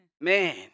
Man